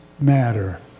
Matter